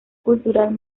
cultural